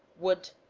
would,